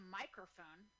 microphone